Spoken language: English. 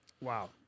Wow